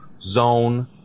zone